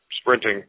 sprinting